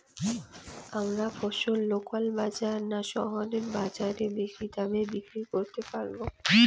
আমরা ফসল লোকাল বাজার না শহরের বাজারে বেশি দামে বিক্রি করতে পারবো?